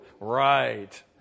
Right